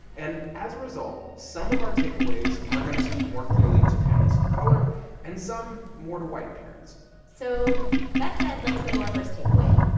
and as a result, some of our takeaways are going to speak more clearly to families of color and some more to white parents so that said, let's go to our first takeaway.